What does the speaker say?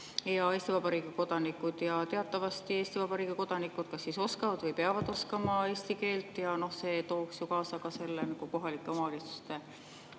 Eesti Vabariigi kodanikud. Teatavasti Eesti Vabariigi kodanikud kas siis oskavad või peavad oskama eesti keelt. See tooks ju kaasa [muudatused] kohalike omavalitsuste